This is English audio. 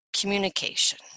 Communication